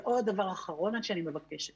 ועוד דבר האחרון שאני מבקשת